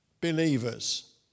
believers